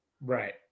Right